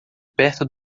perto